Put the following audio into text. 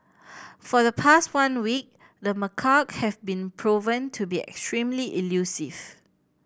for the past one week the macaque have been proven to be extremely elusive